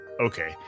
okay